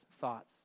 thoughts